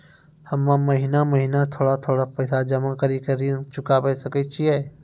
हम्मे महीना महीना थोड़ा थोड़ा पैसा जमा कड़ी के ऋण चुकाबै सकय छियै?